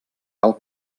cal